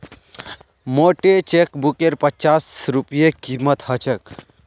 मोटे चेकबुकेर पच्चास रूपए कीमत ह छेक